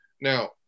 now